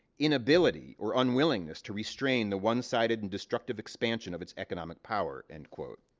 inability or unwillingness to restrain the one-sided and destructive expansion of its economic power. end quote.